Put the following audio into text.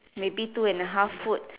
maybe two and a half foot